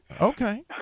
Okay